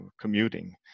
commuting